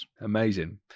Amazing